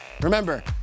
remember